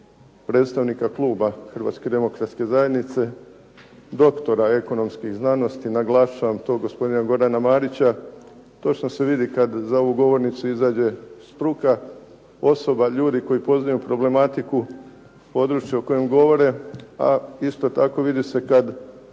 predstavnika kluba Hrvatske demokratske zajednice, doktora ekonomskih znanosti, naglašavam to, gospodina Gorana Marića, točno se vidi kad za ovu govornicu izađe struka, osoba, ljudi koji poznaju problematiku područja o kojem govore, a isto tako vidi se kad